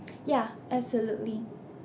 yeah absolutely